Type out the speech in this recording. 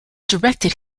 directed